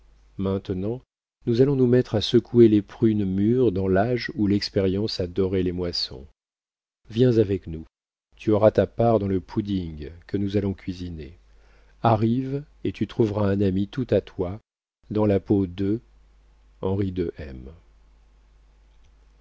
maintenant nous allons nous mettre à secouer les prunes mûres dans l'âge où l'expérience a doré les moissons viens avec nous tu auras la part dans le pudding que nous allons cuisiner arrive et tu trouveras un ami tout à toi dans la peau de